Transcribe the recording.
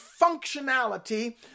functionality